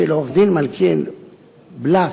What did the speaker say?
של עורך-דין מלכיאל בלס,